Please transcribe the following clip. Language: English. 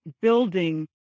building